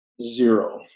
zero